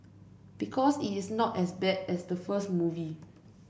because it's not as bad as the first movie